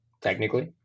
technically